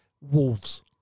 wolves